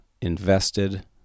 invested